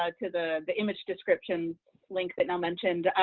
so to the image descriptions link that nell mentioned,